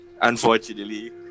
Unfortunately